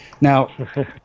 Now